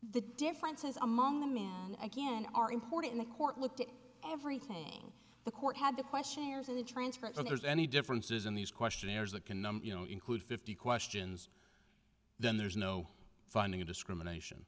the differences among the man again are important in the court looked at everything the court had the questionnaires and the transcript so there's any differences in these questionnaires that can numb you know include fifty questions then there's no finding of discrimination